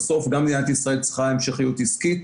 בסוף גם המדינה צריכה המשכיות עסקית.